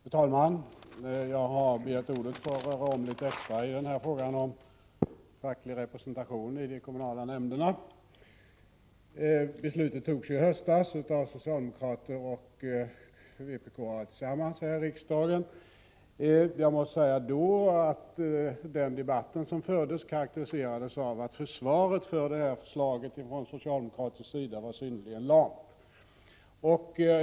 Fru talman! Jag har begärt ordet för att litet extra röra om i fråga om facklig representation i de kommunala nämnderna. Beslutet fattades i höstas här i riksdagen av socialdemokraterna och vpk. Jag måste säga att den debatt som då fördes karakteriserades av att socialdemokraternas försvar för förslaget var synnerligen lamt.